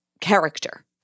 character